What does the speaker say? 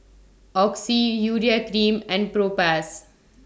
Oxy Urea Cream and Propass